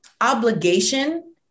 obligation